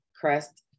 crest